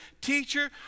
Teacher